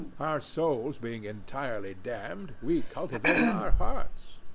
our souls being entirely damned, we cultivate our hearts.